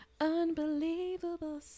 Unbelievable